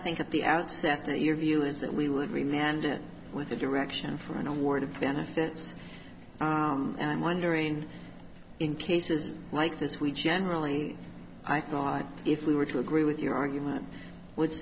think at the outset that your view is that we would be mandan with a direction from an award of benefits and i'm wondering in cases like this we generally i thought if we were to agree with your argument w